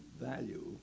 value